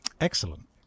Excellent